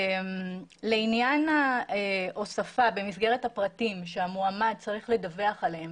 לעניין ההוספה במסגרת הפרטים שהמועמד צריך לדווח עליהם,